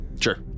Sure